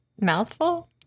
Mouthful